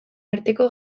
arteko